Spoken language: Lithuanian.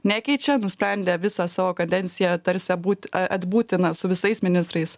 nekeičia nusprendė visą savo kadenciją tarsi abūt atbūti na su visais ministrais